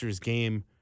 game